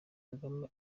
kagame